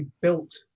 built